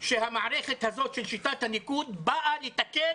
שהמערכת הזאת של שיטת הניקוד באה לתקן